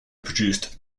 produced